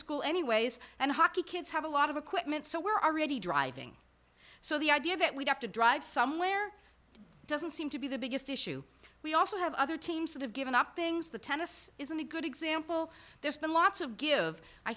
school anyways and hockey kids have a lot of equipment so we're already driving so the idea that we have to drive somewhere doesn't seem to be the biggest issue we also have other teams that have given up things the tennis isn't a good example there's been lots of gi